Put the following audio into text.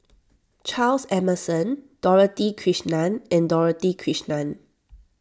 Charles Emmerson Dorothy Krishnan and Dorothy Krishnan